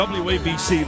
wabc